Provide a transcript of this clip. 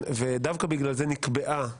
ודווקא בגלל זה נקבעה הקובלנה.